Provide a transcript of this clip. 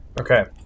Okay